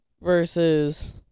versus